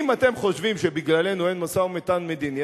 אם אתם חושבים שבגללנו אין משא-ומתן מדיני,